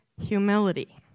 humility